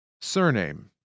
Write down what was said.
Surname